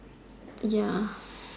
ya